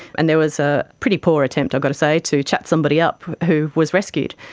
and there was a pretty poor attempt, i've got to say, to chat somebody up, who was rescued.